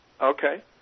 Okay